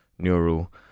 neural